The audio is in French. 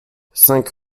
cinq